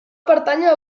pertànyer